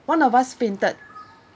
one of us fainted